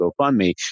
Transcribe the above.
GoFundMe